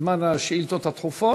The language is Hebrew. בזמן השאילתות הדחופות.